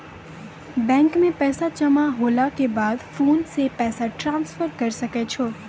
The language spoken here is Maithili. बैंक मे पैसा जमा होला के बाद फोन से पैसा ट्रांसफर करै सकै छौ